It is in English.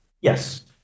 Yes